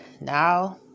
now